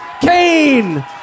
Kane